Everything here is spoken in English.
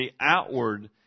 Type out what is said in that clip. outward